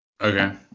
Okay